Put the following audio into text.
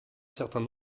certain